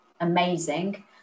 Amazing